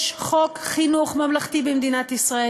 יש חוק חינוך ממלכתי במדינת ישראל.